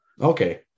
Okay